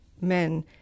men